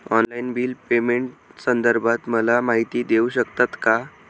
Online bill पेमेंटसंदर्भात मला माहिती देऊ शकतात का?